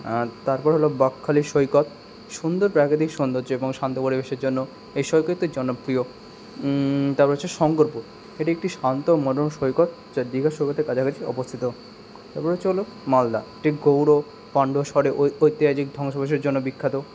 আর তারপর হলো বকখালির সৈকত সুন্দর প্রাকৃতিক সৌন্দর্য এবং শান্ত পরিবেশের জন্য এই সৈকতটি জনপ্রিয় তারপরে হচ্ছে শঙ্করপুর এটি একটি শান্ত মনোরম সৈকত যা দীঘার সৈকতের কাছাকাছি অবস্থিত এবার হচ্চে হলো মালদা এটি গৌড় ও পান্ডসরে ঐতিহাসিক ধ্বংসাবশের জন্য বিখ্যাত